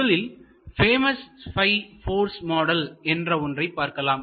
முதலில் famous 5 forces model என்ற ஒன்றை பார்க்கலாம்